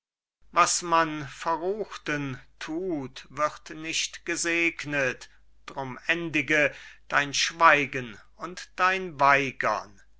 was man verruchten thut wird nicht gesegnet drum endige dein schweigen und dein weigern